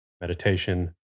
meditation